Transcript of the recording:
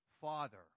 Father